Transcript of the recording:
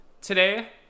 Today